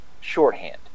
shorthand